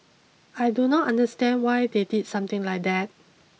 I do not understand why they did something like that